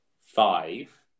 five